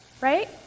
Right